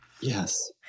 Yes